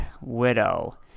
Widow